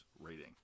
rating